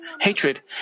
hatred